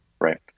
right